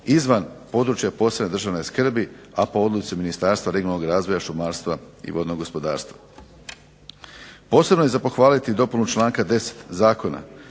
izvan područja posebne državne skrbi, a po odluci Ministarstva regionalnog razvoja, šumarstva i vodnog gospodarstva. Posebno je za pohvaliti dopunu članka 10. Zakona